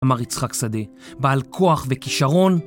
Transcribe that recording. אמר יצחק שדה, בעל כוח וכישרון